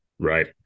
Right